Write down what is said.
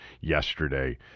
yesterday